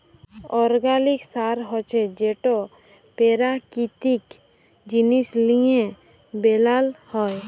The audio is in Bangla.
অর্গ্যালিক সার হছে যেট পেরাকিতিক জিনিস লিঁয়ে বেলাল হ্যয়